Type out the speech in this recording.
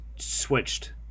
switched